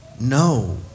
No